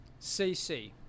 CC